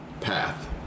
path